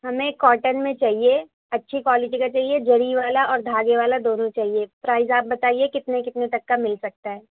ہمیں کوٹن میں چاہیے اچھی کوالٹی کا چاہیے ذری والا اور دھاگے والا دونوں چاہیے پرائز آپ بتائیے کتنے کتنے تک کا مل سکتا ہے